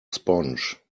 sponge